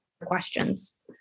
questions